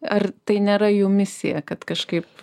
ar tai nėra jų misija kad kažkaip